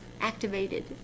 Activated